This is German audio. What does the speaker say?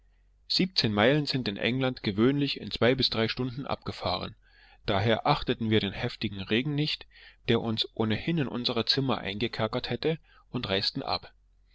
siebzehn meilen sind in england gewöhnlich in zwei bis drei stunden abgefahren daher achteten wir den heftigen regen nicht der uns ohnehin in unsere zimmer eingekerkert hätte und reisten ab